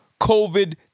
COVID